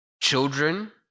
children